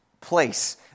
place